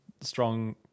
strong